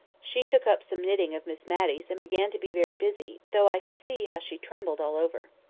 she took up some knitting of miss matty's and began to be very busy, though i could see how she trembled all over.